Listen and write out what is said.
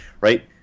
Right